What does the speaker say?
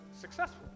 successful